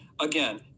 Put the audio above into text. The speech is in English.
Again